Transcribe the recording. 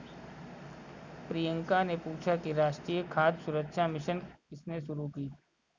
प्रियंका ने पूछा कि राष्ट्रीय खाद्य सुरक्षा मिशन किसने शुरू की?